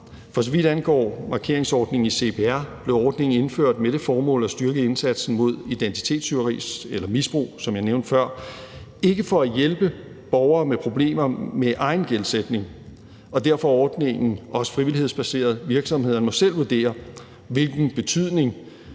For så vidt angår markeringsordningen i CPR, blev ordningen indført med det formål at styrke indsatsen mod identitetstyveri eller -misbrug, som jeg nævnte før, ikke for at hjælpe borgere med problemer med egen gældsætning. Derfor er ordningen også frivillighedsbaseret. Virksomhederne må selv vurdere, hvilken betydning